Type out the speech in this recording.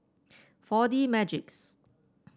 Four D Magix